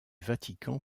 vatican